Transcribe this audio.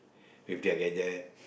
with their gadget